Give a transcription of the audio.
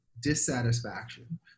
dissatisfaction